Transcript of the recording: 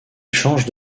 changent